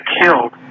killed